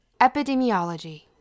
Epidemiology